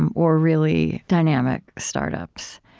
and or really dynamic startups.